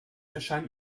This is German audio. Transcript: erscheint